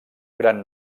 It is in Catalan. gran